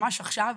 ממש עכשיו,